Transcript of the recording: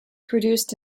produced